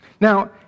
Now